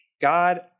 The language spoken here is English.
God